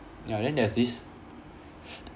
ya then there's this